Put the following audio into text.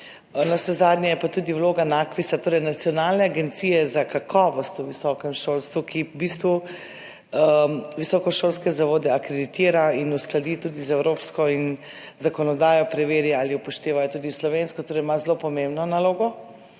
navsezadnje je pa tudi vloga NAKVIS, torej Nacionalne agencije Republike Slovenije za kakovost v visokem šolstvu, da v bistvu visokošolske zavode akreditira in uskladi z evropsko zakonodajo, preveri, ali upoštevajo tudi slovensko, torej ima zelo pomembno nalogo,